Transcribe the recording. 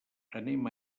anem